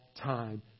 time